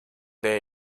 day